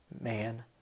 man